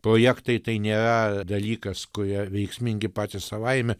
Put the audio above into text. projektai tai nėra dalykas koja veiksmingi patys savaime